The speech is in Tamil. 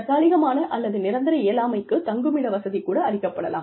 தற்காலிகமான அல்லது நிரந்தர இயலாமைக்கு தங்குமிடவசதி கூட அளிக்கப்படலாம்